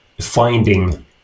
finding